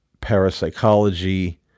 parapsychology